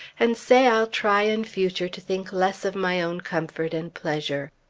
and say i'll try in future to think less of my own comfort and pleasure.